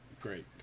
Great